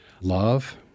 love